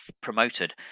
promoted